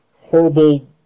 Horrible